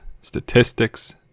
statistics